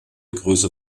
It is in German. größe